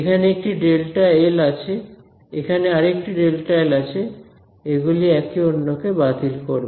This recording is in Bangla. এখানে একটি Δl আছে এখানে আরেকটি Δl আছে এগুলি একে অন্যকে বাতিল করবে